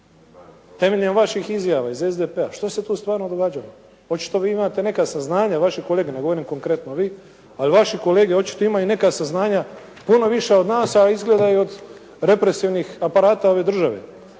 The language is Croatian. temeljem vaših izjava iz SDP-a šta se tu stvarno događalo? Očito vi imate neka saznanja, vaši kolege, ne govorim konkretno vi ali vaši kolege očito imaju neka saznanja puno više od nas a izgleda i od represivnih aparata ove države.